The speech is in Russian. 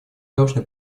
должны